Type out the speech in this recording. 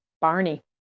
Barney